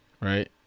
right